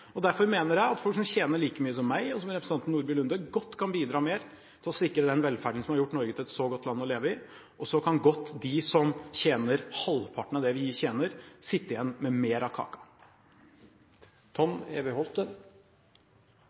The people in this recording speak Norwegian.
urettferdig. Derfor mener jeg at folk som tjener like mye som meg, og som representanten Nordby Lunde, godt kan bidra mer for å sikre den velferden som har gjort Norge til et så godt land å leve i, og så kan godt de som tjener halvparten av det vi tjener, sitte igjen med mer av kaka. Den 8. oktober fikk vi